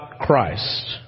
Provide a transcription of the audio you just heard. Christ